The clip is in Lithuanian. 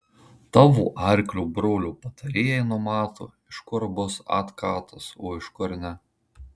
tavo arklio brolio patarėjai numato iš kur bus atkatas o iš kur ne